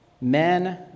men